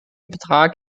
betrag